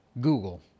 Google